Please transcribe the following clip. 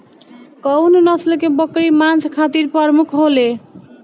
कउन नस्ल के बकरी मांस खातिर प्रमुख होले?